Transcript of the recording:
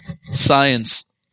science